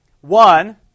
one